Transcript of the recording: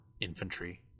infantry